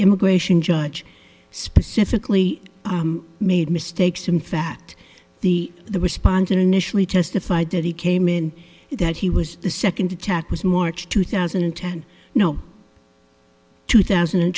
immigration judge specifically made mistakes in fact the the respondent initially testified that he came in that he was the second attack was march two thousand and ten no two thousand and